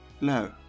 No